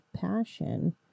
passion